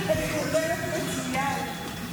אני נרדמת מצוין.